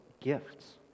gifts